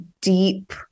deep